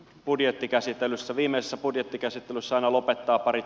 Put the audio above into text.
budjettikäsittelyssä viimeissä budjettikäsittelyssä lopettaa parit